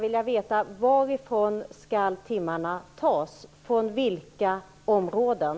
Varifrån skall timmarna tas? Från vilka områden?